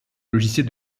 logiciel